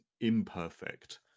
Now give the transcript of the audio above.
imperfect